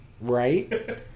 Right